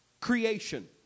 creation